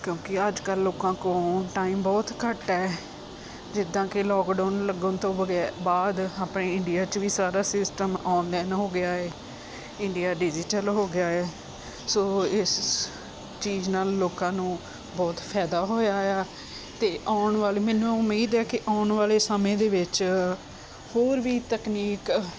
ਕਿਉਂਕਿ ਅੱਜ ਕੱਲ੍ਹ ਲੋਕਾਂ ਕੋਲ ਟਾਈਮ ਬਹੁਤ ਘੱਟ ਹੈ ਜਿੱਦਾਂ ਕਿ ਲੋਕਡਾਊਨ ਲੱਗਣ ਤੋਂ ਬਗੈ ਬਾਅਦ ਆਪਣੇ ਇੰਡੀਆ 'ਚ ਵੀ ਸਾਰਾ ਸਿਸਟਮ ਆਨਲਾਈਨ ਹੋ ਗਿਆ ਹੈ ਇੰਡੀਆ ਡਿਜੀਟਲ ਹੋ ਗਿਆ ਹੈ ਸੋ ਇਸ ਚੀਜ਼ ਨਾਲ ਲੋਕਾਂ ਨੂੰ ਬਹੁਤ ਫਾਇਦਾ ਹੋਇਆ ਆ ਅਤੇ ਆਉਣ ਵਾਲੇ ਮੈਨੂੰ ਉਮੀਦ ਹੈ ਕਿ ਆਉਣ ਵਾਲੇ ਸਮੇਂ ਦੇ ਵਿੱਚ ਹੋਰ ਵੀ ਤਕਨੀਕ